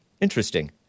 interesting